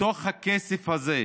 מתוך הכסף הזה,